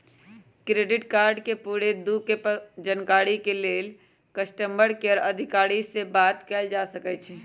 credit card के पूरे दू के जानकारी के लेल कस्टमर केयर अधिकारी से बात कयल जा सकइ छइ